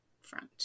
front